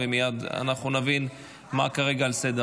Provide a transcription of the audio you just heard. אנחנו עוברים עכשיו לסעיף הבא על סדר-היום: